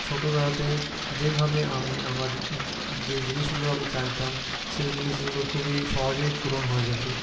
ছোটোবেলাতে যেভাবে আমি আমার যে জিনিসগুলো আমি চাইতাম সেই জিনিসগুলো খুবই সহজেই পূরণ হয়ে যেত